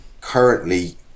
currently